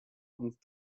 und